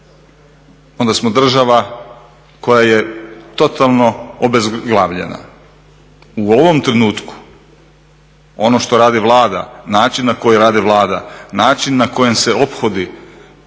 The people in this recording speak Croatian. onda smo država koja je totalno obezglavljena. U ovom trenutku ono što radi Vlada, način na koji radi Vlada, način na kojem se ophodi